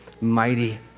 mighty